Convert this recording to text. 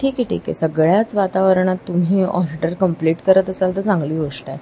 ठीक आहे ठीक आहे सगळ्याच वातावरणात तुम्ही ऑर्डर कम्प्लीट करत असाल तर चांगली गोष्ट आहे